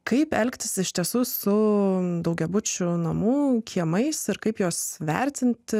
kaip elgtis iš tiesų su daugiabučių namų kiemais ir kaip juos vertinti